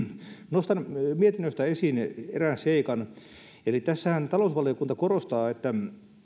nostan mietinnöstä esiin erään seikan eli tässähän talousvaliokunta korostaa että